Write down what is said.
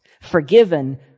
Forgiven